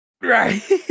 right